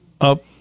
up